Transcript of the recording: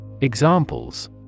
Examples